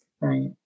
Right